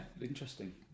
interesting